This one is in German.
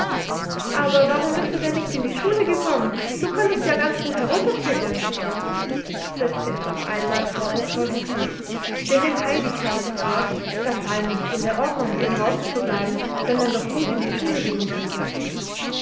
aber warum bist du denn nicht in die schule gekommen du konntest ja gut herunterschlittern setzte es auf einmal vorwurfsvoll hinzu denn dem heidi kam es vor das sei nicht in der ordnung so draußen zu bleiben wenn man doch gut in die schule gehen könnte